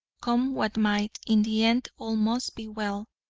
come what might, in the end all must be well,